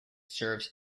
serves